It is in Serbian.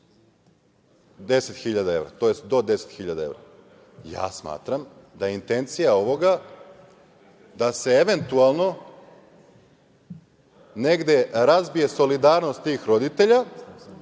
hiljada evra, tj. do 10 hiljada evra. Smatram da je intencija ovoga da se eventualno negde razbije solidarnost tih roditelja,